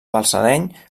balsareny